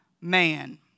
man